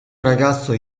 ragazzo